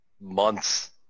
months